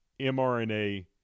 mRNA